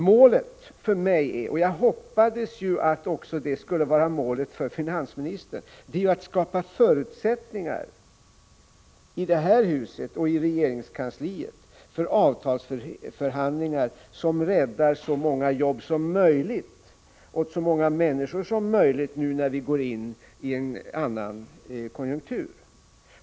Målet för mig — jag hoppades att det också skulle vara målet för finansministern — är att skapa förutsättningar i det här huset och i regeringskansliet för en ekonomisk politik som grund för avtalsförhandlingar som räddar så många jobb som möjligt åt så många människor som möjligt nu när vi går in i en annan konjunktur.